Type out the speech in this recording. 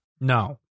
No